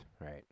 right